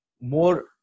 more